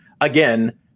again